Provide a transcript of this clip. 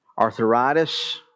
arthritis